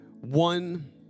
one